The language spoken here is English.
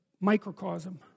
microcosm